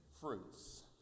fruits